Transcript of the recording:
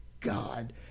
God